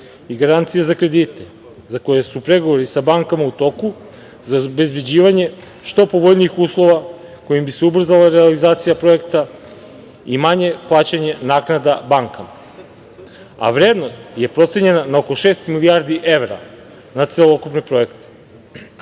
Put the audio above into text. i garancije za kredite za koje su pregovori sa bankama u toku za obezbeđivanje što povoljnijih uslova kojima bi se ubrzalarealizacija projekta i manje plaćanje naknada bankama, a vrednost je procenjena na oko šest milijardi evra na celokupnom